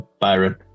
byron